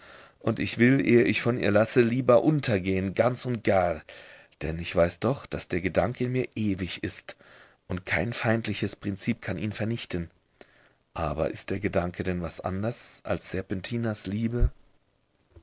und ich will ehe ich von ihr lasse lieber untergehen ganz und gar denn ich weiß doch daß der gedanke in mir ewig ist und kein feindliches prinzip kann ihn vernichten aber ist der gedanke denn was anders als serpentinas liebe